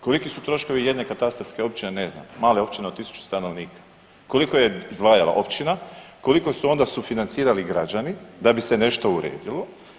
Koliki su troškovi jedne katastarske općine ne znam male općine od 1.000 stanovnika, koliko je izdvajala općina, koliko su onda sufinancirali građani da bi se nešto uredilo?